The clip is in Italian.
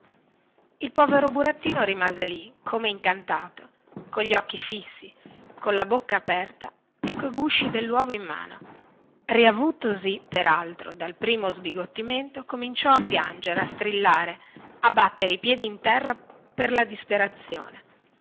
il povero burattino rimase lì come incantato cogli occhi fissi colla bocca aperta e coi gusci delluovo in mano riavutosi peraltro dal primo sbigottimento cominciò a piangere a strillare a battere i piedi in terra per la disperazione